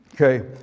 Okay